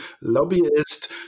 lobbyist